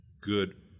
good